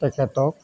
তেখেতক